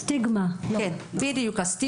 בדיוק, הסטיגמה.